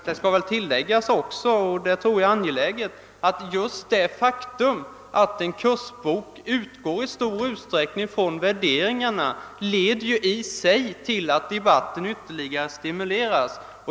Det skall väl tilläggas — jag tror att det är angeläget — att just det förhål "landet att en kursbok i stor utsträckning utgår från värderingar i och för sig leder till att debatten ytterligare stimuleras.